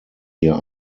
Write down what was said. hier